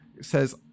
says